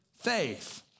faith